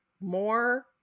more